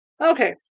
Okay